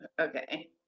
okay